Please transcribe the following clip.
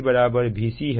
और Vb Vc है